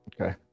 Okay